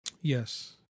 Yes